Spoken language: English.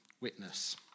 witness